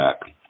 back